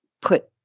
put